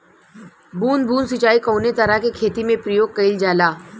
बूंद बूंद सिंचाई कवने तरह के खेती में प्रयोग कइलजाला?